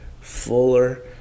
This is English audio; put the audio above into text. fuller